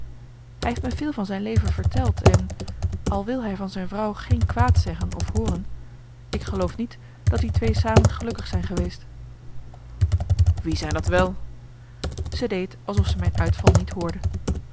hij heeft me veel van zijn leven verteld en al wil hij van zijn vrouw geen kwaad zeggen of hooren ik geloof niet dat die twee samen gelukkig zijn geweest marcellus emants een nagelaten bekentenis wie zijn dat wel ze deed alsof ze mijn uitval niet hoorde